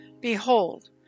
Behold